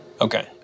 okay